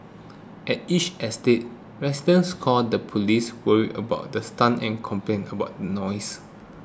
at each estate residents called the police worried about the stunts and complaining about the noise